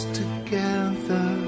together